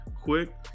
quick